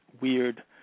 weird